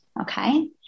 Okay